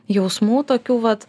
jausmų tokių vat